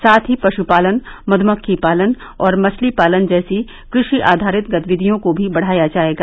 साथ ही पश्पालन मध्मक्खी पालन और मछली पालन जैसी कृषि आधारित गतिविधियों को भी बढ़ाया जायेगा